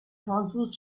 transverse